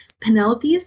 Penelope's